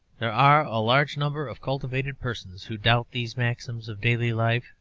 there are a large number of cultivated persons who doubt these maxims of daily life,